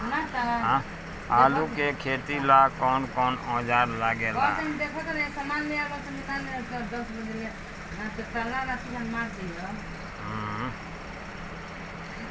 आलू के खेती ला कौन कौन औजार लागे ला?